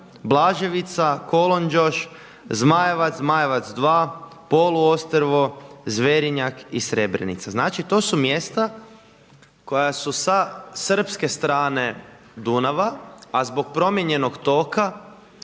Blaževica, Kolonđoš, Zmajevac, Zmajevac 2, Poluostrvo, Zverinjak i Srebrenica, znači to su mjesta koja su sa srpske strane Dunava, a zbog promijenjenog toga